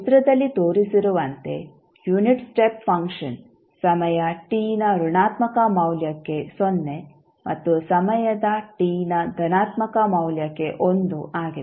ಚಿತ್ರದಲ್ಲಿ ತೋರಿಸಿರುವಂತೆ unit step function ಸಮಯ t ನ ಋಣಾತ್ಮಕ ಮೌಲ್ಯಕ್ಕೆ ಸೊನ್ನೆ ಮತ್ತು ಸಮಯದ t ನ ಧನಾತ್ಮಕ ಮೌಲ್ಯಕ್ಕೆ 1 ಆಗಿದೆ